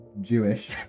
Jewish